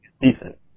decent